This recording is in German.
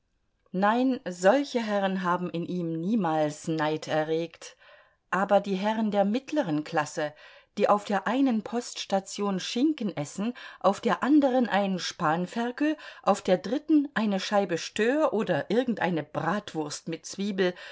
nein solche herren haben in ihm niemals neid erregt aber die herren der mittleren klasse die auf der einen poststation schinken essen auf der anderen ein spanferkel auf der dritten eine scheibe stör oder irgendeine bratwurst mit zwiebel